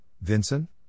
Vincent